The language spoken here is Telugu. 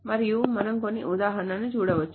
మరియు మనం కొన్ని ఉదాహరణలు చూడవచ్చు